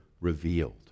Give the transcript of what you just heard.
revealed